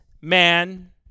man